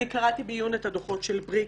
קראתי בעיון את הדוחות של בריק,